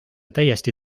täiesti